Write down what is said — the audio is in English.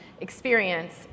experience